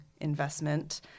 investment